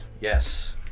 Yes